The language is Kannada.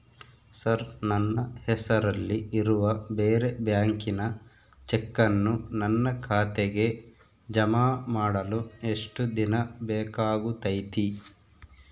ಸರ್ ನನ್ನ ಹೆಸರಲ್ಲಿ ಇರುವ ಬೇರೆ ಬ್ಯಾಂಕಿನ ಚೆಕ್ಕನ್ನು ನನ್ನ ಖಾತೆಗೆ ಜಮಾ ಮಾಡಲು ಎಷ್ಟು ದಿನ ಬೇಕಾಗುತೈತಿ?